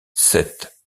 cette